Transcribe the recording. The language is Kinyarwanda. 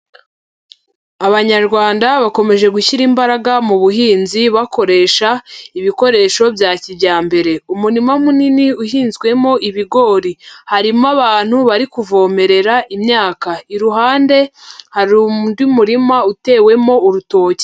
Abanyarwanda bakomeje gushyira imbaraga mu buhinzi bakoresha ibikoresho bya kijyambere. Umurima munini uhinzwemo ibigori. Harimo abantu bari kuvomerera imyaka. Iruhande hari undi murima utewemo urutoki.